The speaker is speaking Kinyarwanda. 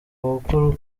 gukora